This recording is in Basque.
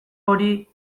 hori